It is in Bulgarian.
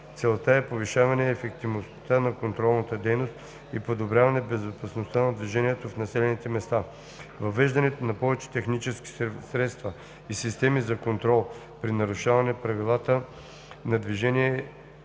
Целта е повишаване ефективността на контролната дейност и подобряване безопасността на движението в населените места. Въвеждането на повече технически средства и системи за контрол при нарушаване правилата на движение е създаването